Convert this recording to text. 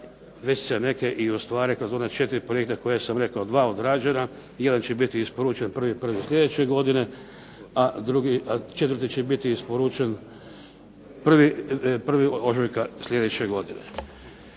se neke i ostvarile kroz ona 4 projekta koja sam rekao. 2 odrađena, 1 će biti isporučen 01.01. sljedeće godine, a četvrti će biti isporučen 1. ožujka sljedeće godine.